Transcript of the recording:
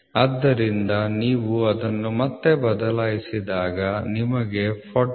ಆದ್ದರಿಂದ ನೀವು ಅದನ್ನು ಮತ್ತೆ ಬದಲಿಸಿದಾಗ ನಿಮಗೆ 40